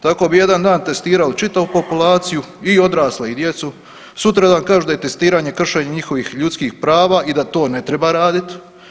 Tako bi jedan dan testirali čitavu populaciju i odrasle i djecu, sutradan kažu da je testiranje kršenje njihovih ljudskih prava i da to ne treba raditi.